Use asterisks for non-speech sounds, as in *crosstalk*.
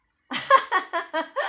*laughs*